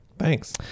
thanks